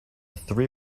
three